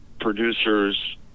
producers